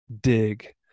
Dig